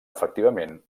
efectivament